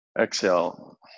Exhale